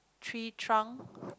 tree trunk